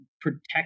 protect